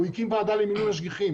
הוא הקים ועדה למינוי משגיחים,